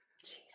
Jesus